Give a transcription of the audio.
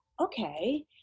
okay